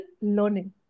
learning